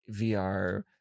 VR